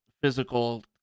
physical